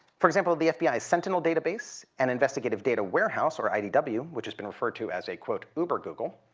for example, the fbi's sentinel database and investigative data warehouse, or idw, which has been referred to as a, quote, uber google.